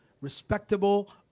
respectable